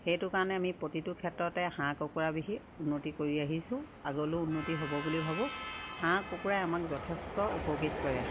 সেইটো কাৰণে আমি প্ৰতিটো ক্ষেত্ৰতে হাঁহ কুকুৰা পুহি উন্নতি কৰি আহিছোঁ আগলৈও উন্নতি হ'ব বুলি ভাবোঁ হাঁহ কুকুৰাই আমাক যথেষ্ট উপকৃত কৰে